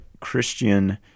Christian